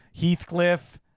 Heathcliff